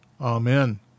Amen